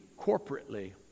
corporately